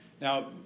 Now